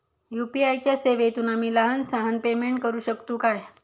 UPI च्या सेवेतून आम्ही लहान सहान पेमेंट करू शकतू काय?